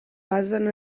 basen